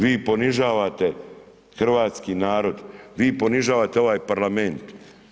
Vi ponižavate hrvatski narod, vi ponižavate ovaj parlament.